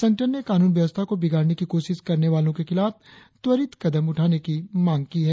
संगठन ने कानून व्यवस्था को बिगाड़ने की कोशिश करने वालों के खिलाफ त्वरित कदम उठाने की मांग की है